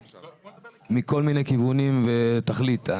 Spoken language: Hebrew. מכל מיני כיוונים והיא תחליט.